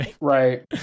Right